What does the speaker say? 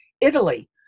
Italy